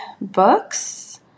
Books